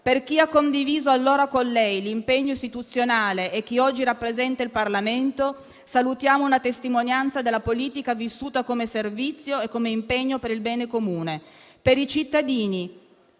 Per chi ha condiviso allora con lei l'impegno istituzionale e che oggi rappresenta il Parlamento, salutiamo una testimonianza della politica vissuta come servizio e come impegno per il bene comune. Per i cittadini,